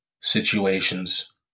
situations